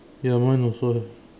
ya mine also have